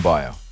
Bio